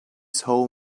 saw